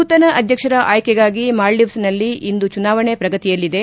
ನೂತನ ಅಧ್ಯಕ್ಷರ ಆಯ್ಲಿಗಾಗಿ ಮಾಲ್ಲೀವ್ಸ್ನಲ್ಲಿ ಇಂದು ಚುನಾವಣೆ ಪ್ರಗತಿಯಲ್ಲಿದೆ